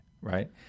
right